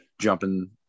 jumping